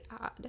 odd